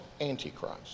Antichrist